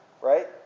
Right